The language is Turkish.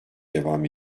devam